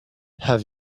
have